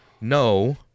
No